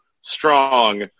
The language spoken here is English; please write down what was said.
strong